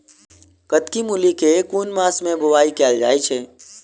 कत्की मूली केँ के मास मे बोवाई कैल जाएँ छैय?